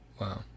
Wow